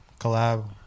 collab